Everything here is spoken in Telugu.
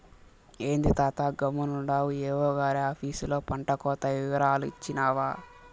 ఏంది తాతా గమ్మునుండావు ఏవో గారి ఆపీసులో పంటకోత ఇవరాలు ఇచ్చినావా